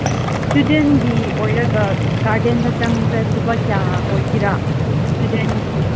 ꯏꯁꯇꯨꯗꯦꯟꯒꯤ ꯑꯣꯏꯔꯒ ꯒꯥꯔꯗꯦꯟꯗ ꯆꯪꯕꯁꯦ ꯂꯨꯄꯥ ꯀꯌꯥ ꯑꯣꯏꯒꯦꯔꯥ ꯏꯁꯇꯨꯗꯦꯟꯒꯤ